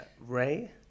Ray